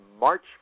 March